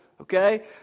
Okay